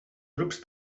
grups